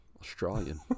Australian